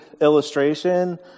illustration